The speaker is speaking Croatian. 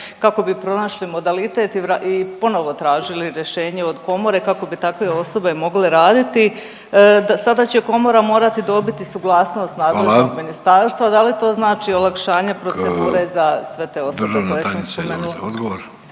kako bi pronašli modalitet i ponovo tražili rješenje od komore kako bi takve osobe mogle raditi. Sada će Komora morati dobiti suglasnost nadležnog ministarstva. …/Upadica Vidović: Hvala./… Da li to znači olakšanje procedure za sve te osobe?